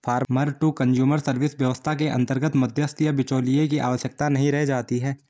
farmer to consumer service व्यवस्था के अंतर्गत मध्यस्थ या बिचौलिए की आवश्यकता नहीं रह जाती है